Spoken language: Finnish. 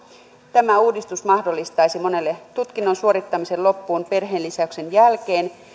tämä uudistus mahdollistaisi monelle tutkinnon suorittamisen loppuun perheenlisäyksen jälkeen